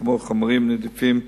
כמו חומרים נדיפים ודיוקסינים.